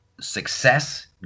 success